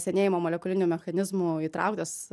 senėjimo molekulinių mechanizmų įtrauktas